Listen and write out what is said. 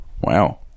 wow